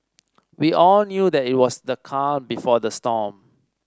we all knew that it was the calm before the storm